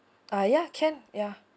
uh ya can ya